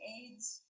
AIDS